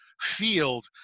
field